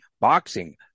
boxing